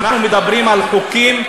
אנחנו מדברים על חוקים,